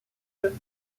jeux